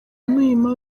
muhima